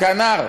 הכנ"ר.